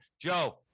Joe